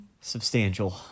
Substantial